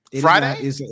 Friday